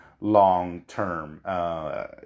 long-term